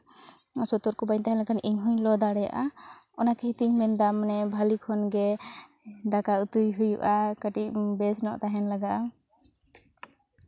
ᱥᱚᱛᱚᱨᱠᱚ ᱵᱟᱹᱧ ᱛᱟᱦᱮᱸᱞᱮᱱᱠᱷᱟᱱ ᱤᱧ ᱦᱚᱧ ᱞᱚ ᱫᱟᱲᱮᱭᱟᱜᱼᱟ ᱚᱱᱟ ᱠᱷᱟᱹᱛᱤᱨ ᱛᱤᱧ ᱢᱮᱱᱫᱟ ᱢᱟᱱᱮ ᱵᱷᱟᱹᱞᱤ ᱠᱷᱚᱱ ᱜᱮ ᱫᱟᱠᱟ ᱩᱛᱩᱭ ᱦᱩᱭᱩᱜᱼᱟ ᱠᱟᱹᱴᱤᱡ ᱵᱮᱥ ᱧᱚᱜ ᱛᱟᱦᱮᱱ ᱞᱟᱜᱟᱜᱼᱟ